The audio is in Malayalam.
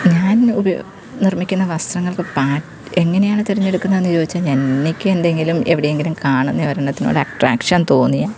ഞാൻ ഉപയോഗിക്കുന്ന നിർമ്മിക്കുന്ന വസ്ത്രങ്ങൾക്ക് പാറ്റ് എങ്ങനെയാണ് തിരഞ്ഞെടുക്കുന്നത് എന്നു ചോദിച്ചാൽ എനിക്ക് എന്തെങ്കിലും എവിടെയെങ്കിലും കാണുന്ന ഒരെണ്ണത്തിനോട് അട്ട്രാക്ഷൻ തോന്നിയാൽ